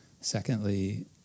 Secondly